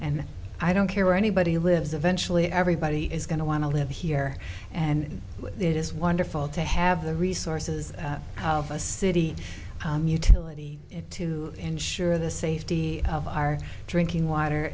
and i don't care where anybody lives eventually everybody is going to want to live here and it is wonderful to have the resources of a city utility to ensure the safety of our drinking water